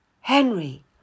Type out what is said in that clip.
Henry